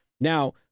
Now